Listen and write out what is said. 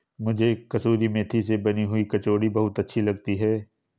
मुझे कसूरी मेथी से बनी हुई कचौड़ी बहुत अच्छी लगती है